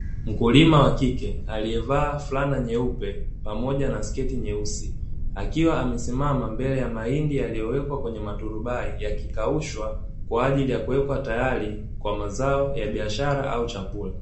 Mkulima wa kike aliyevaa fulana nyeupe pamoja na sketi nyeusi, akiwa amesimama mbele ya mahindi yaliyowekwa kwenye maturubai, yakikaushwa kwa ajili ya kuwekwa tayari, kwa mazao ya biashara au chakula.